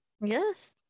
Yes